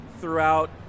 throughout